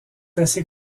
assez